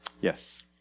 Yes